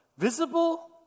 Visible